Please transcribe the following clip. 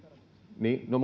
no